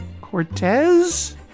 Cortez